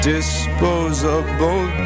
Disposable